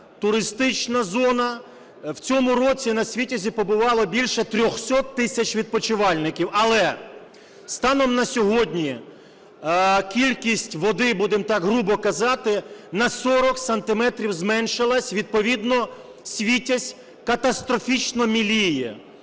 туристична зона. В цьому році на Світязі побувало більше 300 тисяч відпочивальників. Але станом на сьогодні кількість води, будемо так грубо казати, на 40 сантиметрів зменшилась, відповідно Світязь катастрофічно міліє.